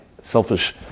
selfish